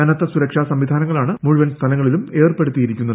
കനത്ത സുരക്ഷാ സംവിധാനങ്ങളാണ് മുഴുവൻ സ്ഥലങ്ങളിലും ഏർപ്പെടുത്തിയിരിക്കുന്നത്